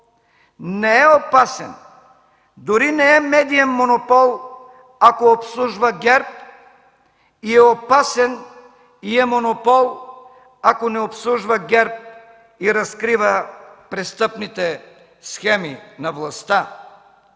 не е опасен, дори не е медиен монопол, ако обслужва ГЕРБ и е опасен и е монопол, ако не обслужва ГЕРБ и разкрива престъпните страни на властта.